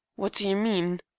what do you mean?